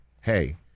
hey